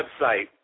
website